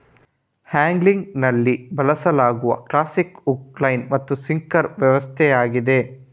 ಆಂಗ್ಲಿಂಗಿನಲ್ಲಿ ಬಳಸಲಾಗುವ classic hook, line ಮತ್ತು sinker ವ್ಯವಸ್ಥೆಯಾಗಿದೆ